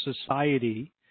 society